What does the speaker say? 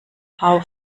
how